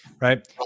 right